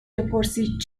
بپرسید